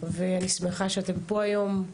ואני שמחה שאתם פה היום,